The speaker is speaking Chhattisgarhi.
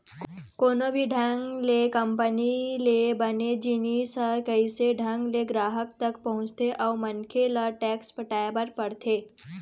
कोनो भी ढंग ले कंपनी ले बने जिनिस ह कइसे ढंग ले गराहक तक पहुँचथे अउ मनखे ल टेक्स पटाय बर पड़थे